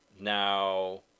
now